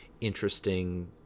interesting